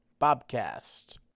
Bobcast